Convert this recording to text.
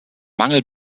mangel